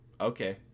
Okay